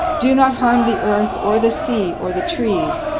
do not harm the earth or the sea or the trees,